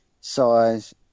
size